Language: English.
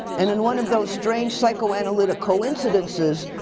and in one of those strange psychoanalytic coincidences,